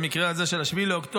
במקרה הזה של 7 באוקטובר,